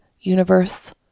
Universe